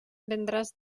vendràs